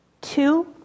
Two